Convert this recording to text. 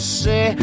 say